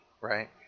right